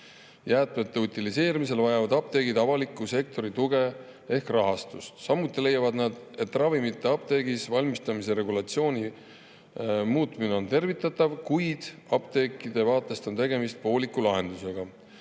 Jäätmete utiliseerimisel vajavad apteegid avaliku sektori tuge ehk rahastust. Samuti leiavad nad, et apteegis ravimite valmistamise regulatsiooni muutmine on tervitatav, kuid apteekide vaatest on tegemist pooliku lahendusega,